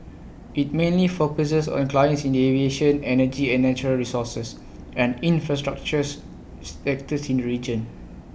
IT mainly focuses on clients in the aviation energy and natural resources and infrastructures sectors in the region